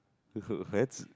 hats